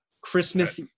Christmas